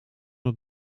het